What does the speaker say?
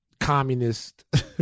communist